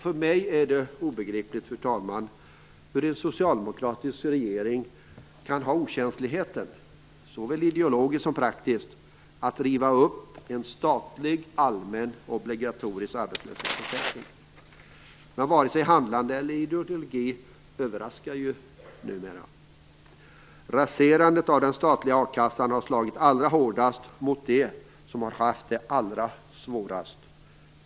För mig är det obegripligt hur en socialdemokratisk regering kan ha okänsligheten - såväl ideologiskt som praktiskt - att riva upp en statlig allmän och obligatorisk arbetslöshetsförsäkring. Men varken handlande eller ideologi överraskar numera. Raserandet av den statliga a-kassan har slagit allra hårdast mot dem som har haft det allra svårast.